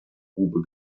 grube